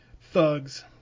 thugs